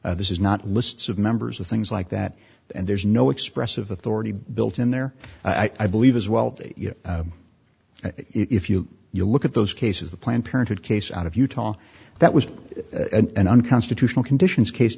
this is not lists of members of things like that and there's no expressive authority built in there i believe as well you know if you you look at those cases the planned parenthood case out of utah that was an unconstitutional conditions case